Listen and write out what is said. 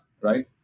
Right